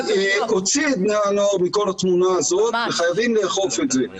הוציא את בני הנוער מכל התמונה הזאת וחייבים לאכוף את זה.